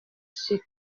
sur